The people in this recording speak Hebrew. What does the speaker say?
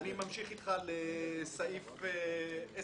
אני ממשיך אתך לסעיף 10(ב),